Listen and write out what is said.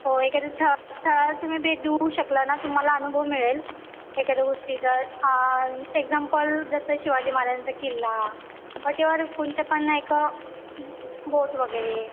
हो एखाद्या स्थळा स्थळाला तुम्ही भेट देऊ शकला ना तुम्हाला अनुभव मिळेल एखाद्या गोष्टीचा आणि एक्झाम्पल जसे शिवाजी महाराजांचा किल्ला व्हॉटेवर कोणचे पण नाही का बोट वगैरे